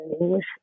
English